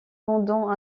pendant